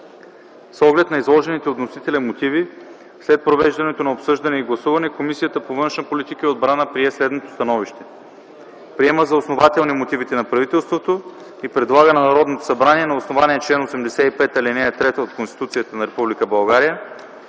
С оглед на изложените от вносителя мотиви, след провеждане на обсъждане и гласуване Комисията по външна политика и отбрана прие следното становище: Приема за основателни мотивите на правителството и предлага на Народното събрание, на основание чл. 85, ал. 3 от Конституцията на